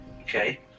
okay